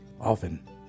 Often